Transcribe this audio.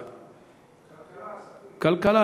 כלכלה,